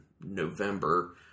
November